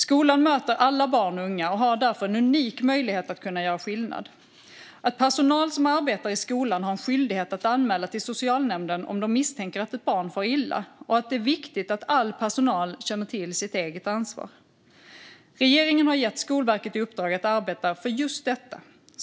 Skolan möter alla barn och unga och har därför en unik möjlighet att göra skillnad. All personal som arbetar i skolan har skyldighet att anmäla till socialnämnden om de misstänker att ett barn far illa, och det är viktigt att all personal känner till sitt eget ansvar. Regeringen har gett Skolverket i uppdrag att arbeta med just detta.